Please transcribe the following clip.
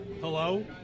hello